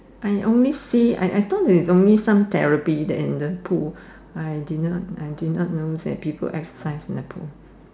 I only say I thought there's only some therapy in that pool I did not know that people exercise in that pool